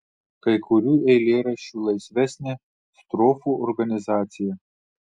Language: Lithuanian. kai kurių eilėraščių laisvesnė strofų organizacija